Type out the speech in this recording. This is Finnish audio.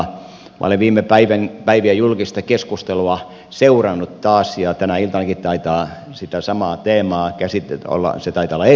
minä olen viime päivien julkista keskustelua seurannut taas ja tänä iltanakin taitaa se sama teema olla esillä